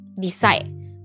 decide